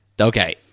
okay